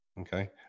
Okay